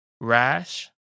rash